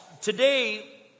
Today